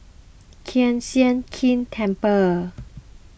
Kiew Sian King Temple